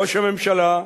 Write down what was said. ראש הממשלה,